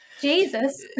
Jesus